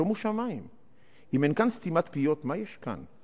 שומו שמים, אם אין כאן סתימת פיות, מה יש כאן?